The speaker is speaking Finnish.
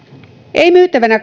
ei myytävänä